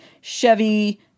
Chevy